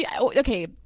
okay